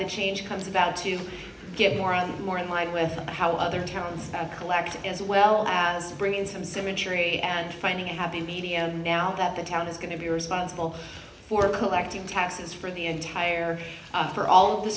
the change comes about to get more and more in line with how other towns collect as well as bringing in some symmetry and finding a happy medium now that the town is going to be responsible for collecting taxes for the entire after all